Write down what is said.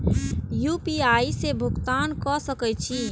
UPI से भुगतान क सके छी?